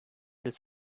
des